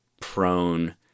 prone